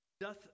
doth